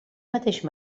mateix